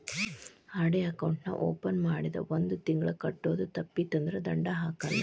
RD account ನಾ open ಮಾಡಿಂದ ಒಂದ್ ತಿಂಗಳ ಕಟ್ಟೋದು ತಪ್ಪಿತಂದ್ರ ದಂಡಾ ಹಾಕಲ್ಲ